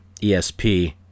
ESP